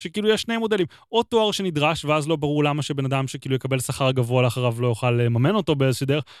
שכאילו יש שני מודלים, או תואר שנדרש ואז לא ברור למה שבן אדם שכאילו יקבל שכר גבוה לאחריו לא יוכל לממן אותו באיזה שהוא דרך,